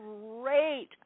Great